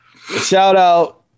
shout-out